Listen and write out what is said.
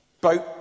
boat